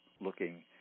looking